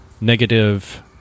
negative